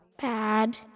Bad